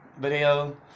video